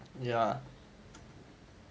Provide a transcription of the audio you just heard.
yeah